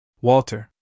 Walter